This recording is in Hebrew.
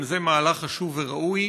גם זה מהלך חשוב וראוי.